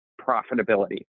profitability